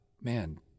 man—